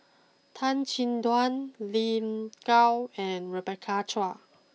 Tan Chin Tuan Lin Gao and Rebecca Chua